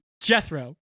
Jethro